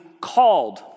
called